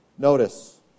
Notice